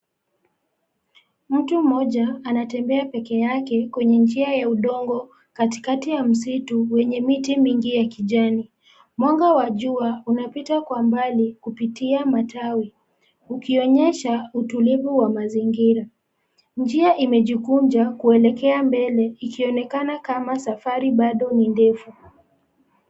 Mtu mmoja anatembea pekee yake kwenye njia ya udongo katikati ya msitu wenye miti mingi ya kijani. Mwanga wa jua unapita kwa mbali kupitia matawi, ukionyesha utulivu wa mazingira. Njia imejikunja kuelekea mbele ikionekana kama safari baado ni ndefu.